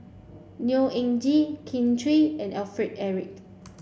Neo Anngee Kin Chui and Alfred Eric